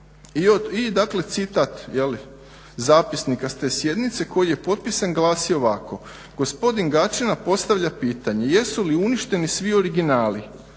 citat zapisnika s te sjednice koji je potpisan glasi ovako: "Gospodin Gačina postavlja pitanje: Jesu li uništeni svi origina?",